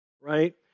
right